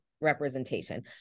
representation